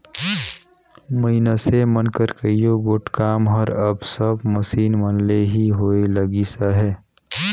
मइनसे मन कर कइयो गोट काम हर अब सब मसीन मन ले ही होए लगिस अहे